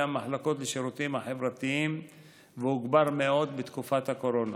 המחלקות לשירותים החברתיים והוגבר מאוד בתקופת הקורונה.